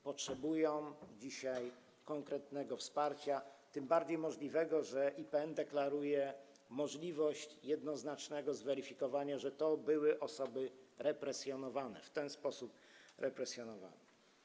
Potrzebują dzisiaj konkretnego wsparcia, tym bardziej możliwego, że IPN deklaruje możliwość jednoznacznego zweryfikowania, że to były osoby w ten sposób represjonowane.